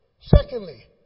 Secondly